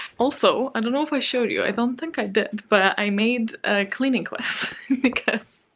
also, i don't know if i showed you. i don't think i did, but i made a cleaning quest because